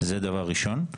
זה דבר ראשון.